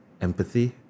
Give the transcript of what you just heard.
Empathy